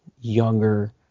younger